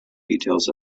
details